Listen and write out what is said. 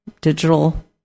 digital